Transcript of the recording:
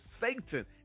Satan